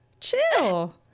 Chill